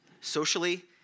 socially